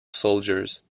soldiers